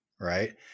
right